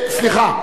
סליחה,